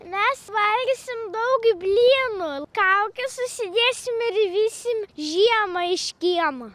mes valgysim daug blynų kaukes užsidėsim vysim žiemą iš kiemo